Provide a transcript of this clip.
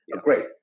Great